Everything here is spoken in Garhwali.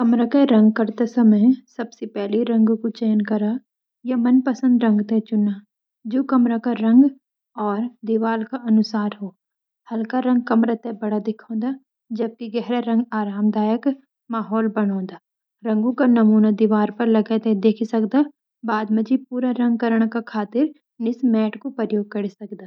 कमरा माँ रंग कनो तै रंगों चयन कन चैंनु, दीवार पर साफ कन चैंनु, प्राइमर लगोंण चैंनु, तब फ़र्नीचर पूरु ढंग से ढक द्योंण चैंदु, रंग समान रूप से लगोंण चैंदु ,दो द्वार परतें लगोंण चैंदि, वेका बाद रंग अफी भोत बढिया लग जंदु।